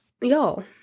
y'all